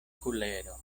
kulero